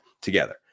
together